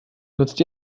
nutzt